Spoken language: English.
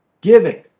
Giving